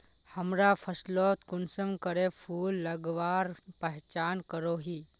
हमरा फसलोत कुंसम करे फूल लगवार पहचान करो ही?